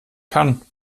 kann